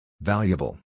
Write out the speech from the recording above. Valuable